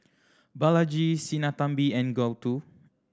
Balaji Sinnathamby and Gouthu